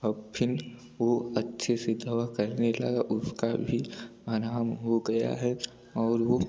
औ फिर वो अच्छे से दवा करने लगा उसका भी आराम हो गया है और वो